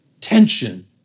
tension